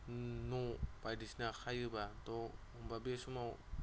न' बायदिसिना खायोबाथ' होमबा बे समाव